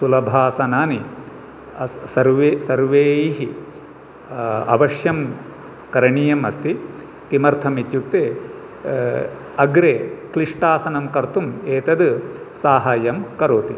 सुलभासनानि सर्वे सर्वैः अवश्यं करणीयमस्ति किमर्थमित्युक्ते अग्रे क्लिष्टासनं कर्तुम् एतत् साहाय्यं करोति